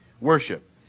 worship